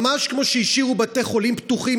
ממש כמו שהשאירו בתי חולים פתוחים,